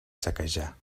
saquejar